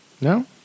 No